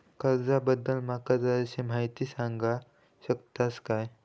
कर्जा बद्दल माका जराशी माहिती सांगा शकता काय?